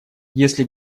если